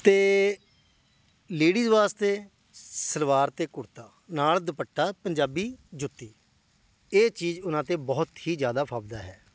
ਅਤੇ ਲੇਡੀਜ਼ ਵਾਸਤੇ ਸਲਵਾਰ ਅਤੇ ਕੁੜਤਾ ਨਾਲ਼ ਦੁਪੱਟਾ ਪੰਜਾਬੀ ਜੁੱਤੀ ਇਹ ਚੀਜ਼ ਉਹਨਾਂ 'ਤੇ ਬਹੁਤ ਹੀ ਜ਼ਿਆਦਾ ਫੱਬਦਾ ਹੈ